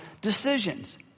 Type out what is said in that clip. decisions